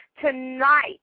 Tonight